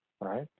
right